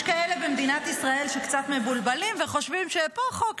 יש כאלה במדינת ישראל שקצת מבולבלים וחושבים שפה חוק,